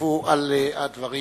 יוסיפו על הדברים